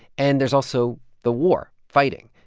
and there's also the war, fighting.